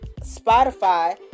Spotify